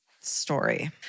story